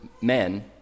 men